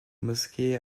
mosquée